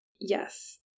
Yes